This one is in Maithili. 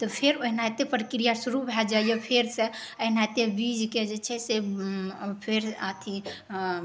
तऽ फेर ओनाहिते प्रक्रिया शुरू भए जाइए फेर से एनाहिते बीजके जे छै से फेर अथी